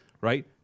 right